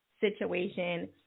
situation